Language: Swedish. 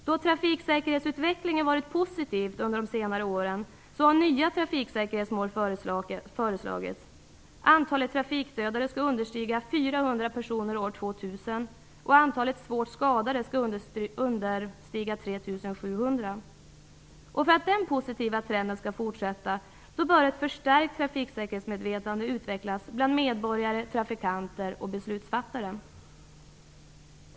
Då trafiksäkerhetsutvecklingen varit positiv under de senare åren har nya trafiksäkerhetsmål föreslagits. 3 700. För att den positiva trenden skall fortsätta bör ett förstärkt trafiksäkerhetsmedvetande utvecklas bland medborgare, trafikanter och beslutsfattare.